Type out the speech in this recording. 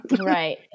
Right